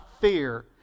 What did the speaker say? fear